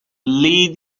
lead